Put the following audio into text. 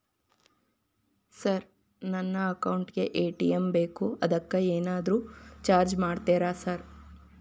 Sir ನನ್ನ account ಗೇ ATM ಬೇಕು ಅದಕ್ಕ ಏನಾದ್ರು ಚಾರ್ಜ್ ಮಾಡ್ತೇರಾ ಸರ್?